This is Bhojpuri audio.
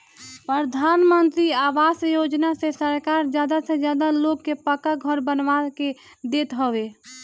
प्रधानमंत्री आवास योजना से सरकार ज्यादा से ज्यादा लोग के पक्का घर बनवा के देत हवे